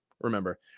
Remember